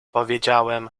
powiedziałem